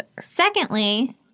Secondly—